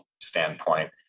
standpoint